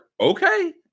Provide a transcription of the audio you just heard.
okay